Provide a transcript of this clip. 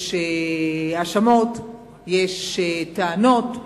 יש האשמות, יש טענות.